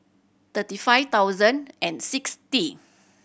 thirty five thousand and sixty